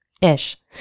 Ish